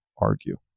argue